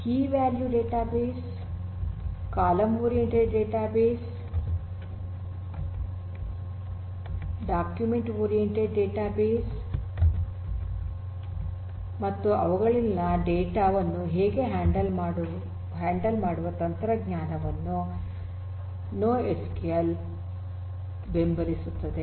key value database column oriented database ಮತ್ತು document oriented database ಮತ್ತು ಅವುಗಳಲ್ಲಿನ ಡೇಟಾ ವನ್ನು ಹೇಗೆ ಹ್ಯಾಂಡಲ್ ಮಾಡುವ ತಂತ್ರಜ್ಞಾನವನ್ನು ನೋಎಸ್ಕ್ಯೂಎಲ್ ಬೆಂಬಲಿಸುತ್ತದೆ